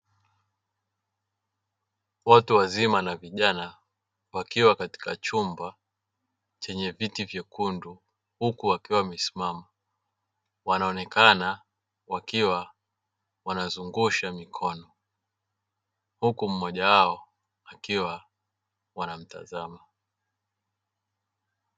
Watu wazima na vijana wakiwa katika chumba chenye viti vyekundu huku wakiwa wamesimama, wanaonekana wakiwa wanazungusha mikono, huku mmoja wao wakiwa wanamtazama.